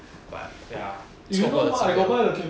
but ya 错过了机会